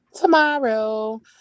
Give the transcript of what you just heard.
tomorrow